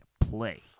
play